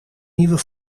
nieuwe